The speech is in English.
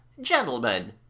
Gentlemen